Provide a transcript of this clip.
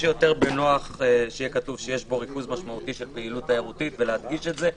כשיהיה כתוב שיש בו ריכוז משמעותי של פעילות תיירותית והדגשה של זה.